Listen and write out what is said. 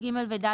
סעיפים קטנים (ב) ו-(ג)